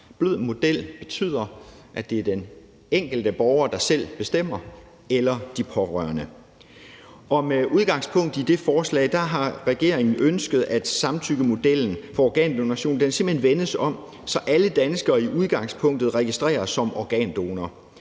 »Blød model« betyder, at det er den enkelte borger, der selv bestemmer, eller de pårørende. Med udgangspunkt i det forslag har regeringen ønsket, at samtykkemodellen for organdonation simpelt hen vendes om, så alle danskere i udgangspunktet registreres som organdonor.